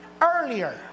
Earlier